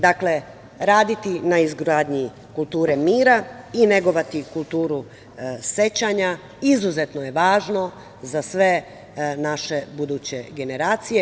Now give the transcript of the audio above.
Dakle, raditi na izgradnji kulture mira i negovati kulturu sećanja izuzetno je važno za sve naše buduće generacije.